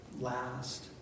last